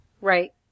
Right